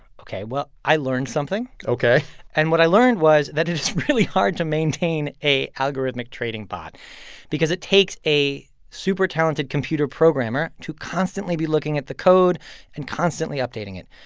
ok. well, i learned something ok and what i learned was that it is really hard to maintain a algorithmic trading bot because it takes a super-talented computer programmer to constantly be looking at the code and constantly updating it.